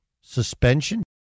suspension